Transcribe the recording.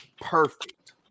perfect